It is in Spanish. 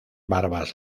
barbas